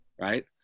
right